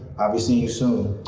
i'll be seeing you soon.